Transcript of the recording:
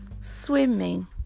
Swimming